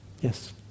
yes